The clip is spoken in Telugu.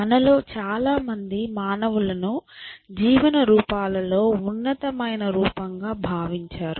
మనలో చాలా మంది మానవులను జీవన రూపాల లో ఉన్నతమైన రూపం గా భావించారు